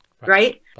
right